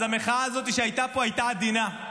אז המחאה הזאת שהייתה פה הייתה עדינה.